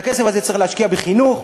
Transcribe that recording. את הכסף הזה צריך להשקיע בחינוך,